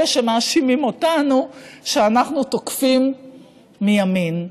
אלה שמאשימים אותנו שאנחנו תוקפים מימין.